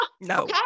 No